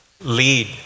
lead